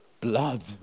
Blood